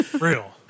real